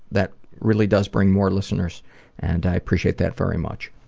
that really does bring more listeners and i appreciate that very much.